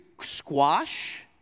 squash